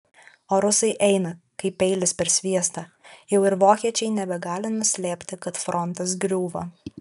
o rusai eina kaip peilis per sviestą jau ir vokiečiai nebegali nuslėpti kad frontas griūva